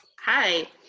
Hi